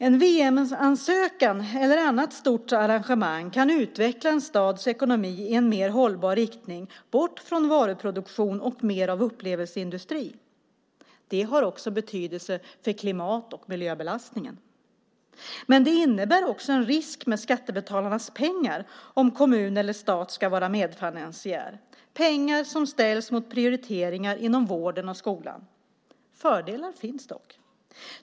Ett VM eller annat stort arrangemang kan utveckla en stads ekonomi i en mer hållbar riktning, bort från varuproduktion och mot mer av upplevelseindustri. Det har också betydelse för klimat och miljöbelastningen. Men det innebär också en risk med skattebetalarnas pengar om kommun eller stat ska vara medfinansiär, pengar som ställs mot prioriteringar inom vården och skolan. Fördelar finns dock.